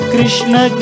Krishna